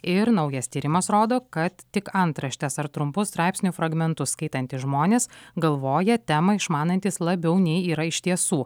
ir naujas tyrimas rodo kad tik antraštes ar trumpus straipsnių fragmentus skaitantys žmonės galvoja temą išmanantys labiau nei yra iš tiesų